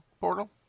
portal